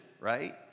right